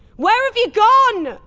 where've you gone?